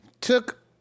Took